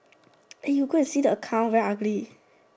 you go and see the account very ugly